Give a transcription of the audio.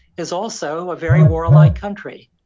is also a very war-like country.